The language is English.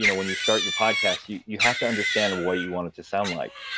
you know when you start your podcast, you you have to understand what you want it to sound like.